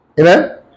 amen